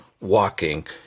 walking